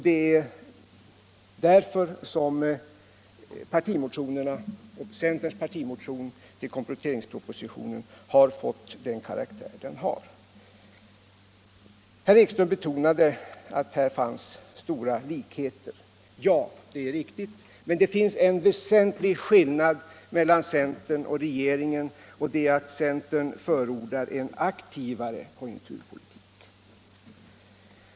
Det är därför centerns partimotion till kompletteringspropositionen fått den karaktär den har. Herr Ekström betonade att här finns stora likheter. Ja, det är riktigt, men det finns en väsentlig skillnad mellan centern och regeringen, nämligen att centern förordar en aktivare konjunkturpolitik.